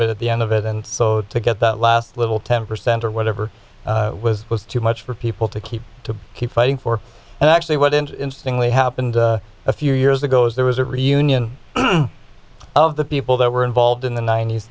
bit at the end of it and so to get that last little ten percent or whatever was was too much for people to keep to keep fighting for and actually what is interesting we happened a few years ago as there was a reunion of the people that were involved in the ninet